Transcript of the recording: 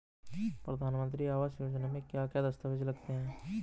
प्रधानमंत्री आवास योजना में क्या क्या दस्तावेज लगते हैं?